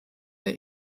der